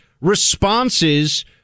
responses